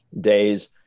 days